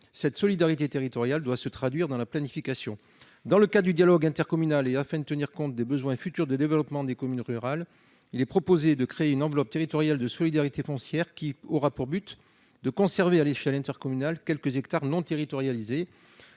Cette solidarité territoriale doit se traduire dans la planification. Dans le cadre du dialogue intercommunal et afin de tenir compte des besoins futurs de développement des communes rurales, nous proposons donc de créer une « enveloppe territoriale de solidarité foncière », qui aura pour objet de conserver, à l'échelle intercommunale, quelques hectares non territorialisés